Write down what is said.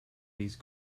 these